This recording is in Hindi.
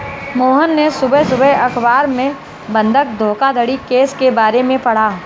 मोहन ने सुबह सुबह अखबार में बंधक धोखाधड़ी केस के बारे में पढ़ा